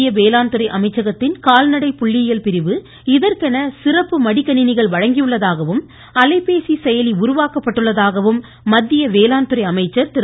மத்திய வேளாண்துறை அமைச்சகத்தின் கால்நடை புள்ளியியல் பிரிவு சிறப்பு மடி கணினிகள் வழங்கியுள்ளதாகவும் இதற்கென அலைபேசி செயலி உருவாக்கப்பட்டுள்ளதாகவும் மத்திய வேளாண்துறை அமைச்சர் திரு